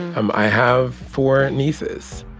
um i have four nieces,